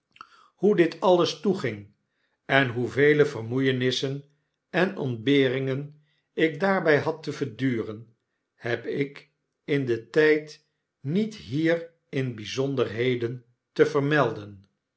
hoe dit alles toeging en hoevele vermoeienissen en ontberingen ik daarby had teverduren heb ik den tyd niet hier in byzonderheden te vermelden